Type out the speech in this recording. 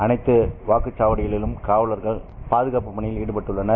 அனைத்து வாக்குச்சாவடிகளிலும் காவலர்கள் பாதுகாப்பு பணியில் ஈடுபட்டுள்ளனர்